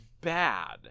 bad